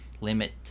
limit